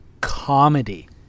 comedy